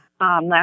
last